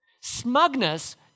Smugness